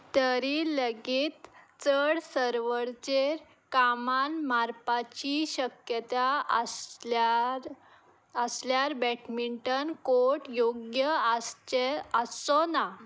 तरी लगेच चड सर्वरचेर कामान मारपाची शक्यता आसल्यार आसल्यार बॅटमिंटन कोट योग्य आसचे आसचो ना